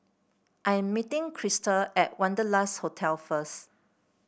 I'm meeting Krysta at Wanderlust Hotel first